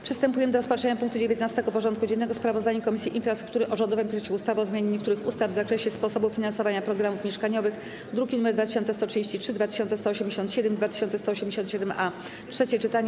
Przystępujemy do rozpatrzenia punktu 19. porządku dziennego: Sprawozdanie Komisji Infrastruktury o rządowym projekcie ustawy o zmianie niektórych ustaw w zakresie sposobu finansowania programów mieszkaniowych (druki nr 2133, 2187 i 2187-A) - trzecie czytanie.